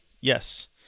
Yes